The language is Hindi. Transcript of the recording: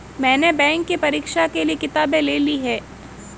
मैने बैंक के परीक्षा के लिऐ किताबें ले ली हैं